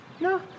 No